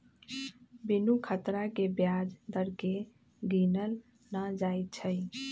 बिनु खतरा के ब्याज दर केँ गिनल न जाइ छइ